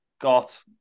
got